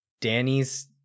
Danny's